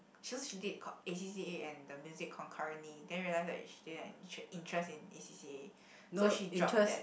she said she did co~ A_C_C_A and the music concurrently then realised that she didn't have in~ interest in A_C_C_A so she dropped that